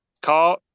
call